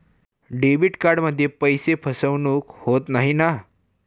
Debit कार्डमध्ये पैसे फसवणूक होत नाही ना?